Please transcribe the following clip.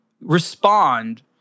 respond